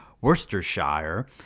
Worcestershire